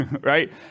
right